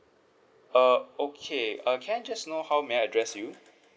uh okay err can I just know how may I address you